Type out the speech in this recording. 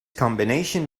combination